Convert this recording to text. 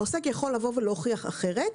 העוסק יכול להוכיח אחרת,